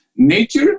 Nature